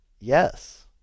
yes